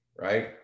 right